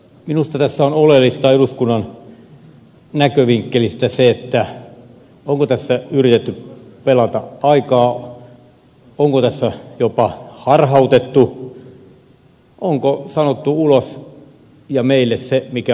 minusta tässä on oleellista eduskunnan näkövinkkelistä se onko tässä yritetty pelata aikaa onko tässä jopa harhautettu onko sanottu ulos ja meille se mikä on totuus